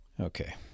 Okay